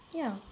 ya